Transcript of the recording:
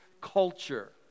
culture